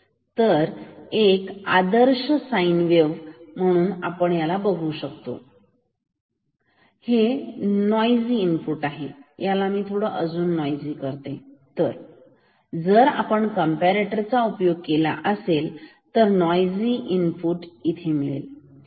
तर ही आहे आदर्श साइन वेव्ह परंतु बघा इनपुट सिग्नल खरंतर हे असे असेल हे नॉइजि आहे याला मी थोडं अजून नॉइजि करते तर जर आपण कॅम्पारेटर चा उपयोग केला तर हे असेल एक नॉइजि इनपुट आहे